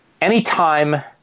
Anytime